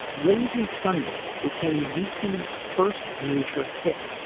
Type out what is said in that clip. lazy sunday became youtube's first major hit,